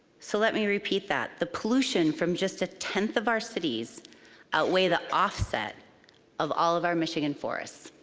so let me repeat that. the pollution from just a tenth of our cities outweigh the offset of all of our michigan forests.